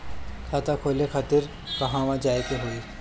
खाता खोले खातिर कहवा जाए के होइ?